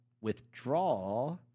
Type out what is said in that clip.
withdraw